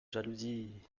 jalousie